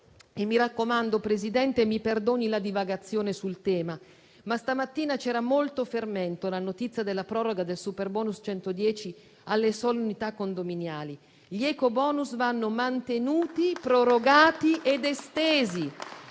Mi raccomando, Presidente, e mi perdoni la divagazione sul tema, ma stamattina c'era molto fermento per la notizia della proroga del superbonus al 110 per cento alle sole unità condominiali: gli ecobonus vanno mantenuti, prorogati ed estesi.